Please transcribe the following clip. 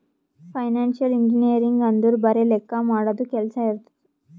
financial engineering ಅಂದುರ್ ಬರೆ ಲೆಕ್ಕಾ ಮಾಡದು ಕೆಲ್ಸಾ ಇರ್ತುದ್